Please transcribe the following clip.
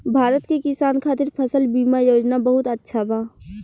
भारत के किसान खातिर फसल बीमा योजना बहुत अच्छा बा